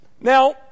Now